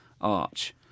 arch